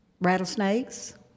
rattlesnakes